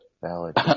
Valid